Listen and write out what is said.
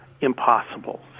impossible